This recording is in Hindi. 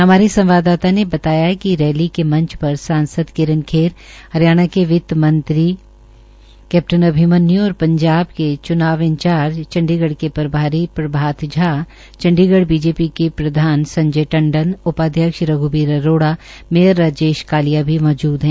हमारे संवाददाता ने बताया कि रैली के मंच पर सांसद किरण खेर हरियाणा के वित्त मंत्री और पंजाब के च्नाव इंचार्ज कैप्टन अभिमन्यू चंडीगढ़ के प्रभारी प्रभात झा चंडीगढ़ बीजेपी के प्रधान संजय टंडन उपाध्यक्ष रघ्वीर अरोड़ा मेयर राजेश कालिया भी मौजूद है